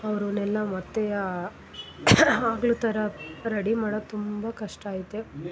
ಅವ್ರನ್ನೆಲ್ಲ ಮತ್ತೆ ಆಗ್ಲು ಥರ ರೆಡಿ ಮಾಡೋದು ತುಂಬ ಕಷ್ಟ ಐತೆ